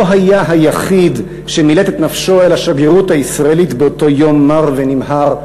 לא היה היחיד שמילט את נפשו אל השגרירות הישראלית באותו יום מר ונמהר,